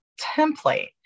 template